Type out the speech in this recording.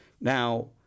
Now